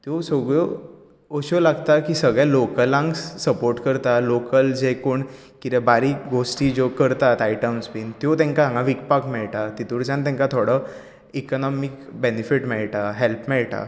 त्यो सगळ्यो अश्यो लागता कि सगळ्या लोकलांक सपोर्ट करता लोकल जे कोण कितें बारीक गोश्टी ज्यो करतात आयटम्स बीन त्यो तेंका हांगां विकपाक मेळटात तितुनच्यान तेंकां थोडो इकनॉमिक बेनीफिट मेळटा हेल्प मेळटा